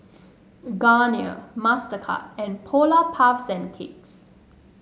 Garnier Mastercard and Polar Puff Cakes